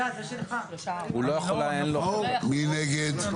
מי נגד?